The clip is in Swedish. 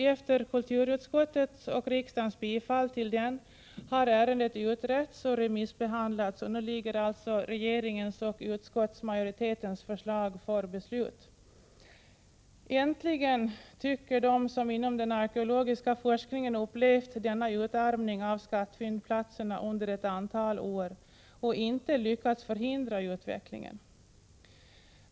Efter kulturutskottets tillstyrkan och riksdagens bifall till motionen har ärendet utretts och remissbehandlats, och nu ligger alltså regeringens och utskottsmajoritetens förslag på riksdagens bord för beslut. Äntligen, tycker de inom den arkeologiska forskningen som upplevt denna utarmning av skattfyndplatserna under ett antal år och inte lyckats förhindra utvecklingen.